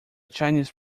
chinese